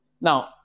now